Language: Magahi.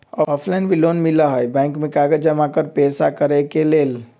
ऑफलाइन भी लोन मिलहई बैंक में कागज जमाकर पेशा करेके लेल?